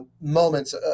moments